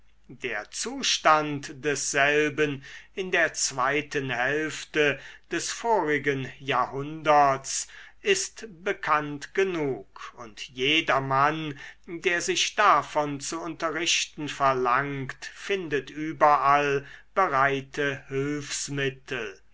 der zustand desselben in der zweiten hälfte des vorigen jahrhunderts ist bekannt genug und jedermann der sich davon zu unterrichten verlangt findet überall bereite hülfsmittel